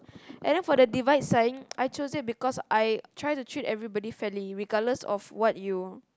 and then for the divide sign I choose it because I try to treat everybody friendly regardless of what you